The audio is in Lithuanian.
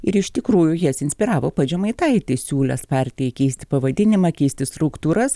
ir iš tikrųjų jas inspiravo pats žemaitaitis siūlęs partijai keisti pavadinimą keisti struktūras